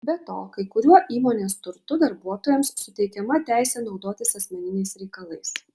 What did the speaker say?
be to kai kuriuo įmonės turtu darbuotojams suteikiama teisė naudotis asmeniniais reikalais